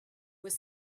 were